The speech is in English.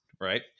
right